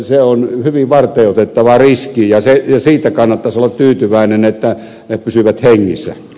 se on hyvin varteenotettava riski ja siitä kannattaisi olla tyytyväinen että pysyvät hengissä